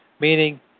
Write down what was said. Meaning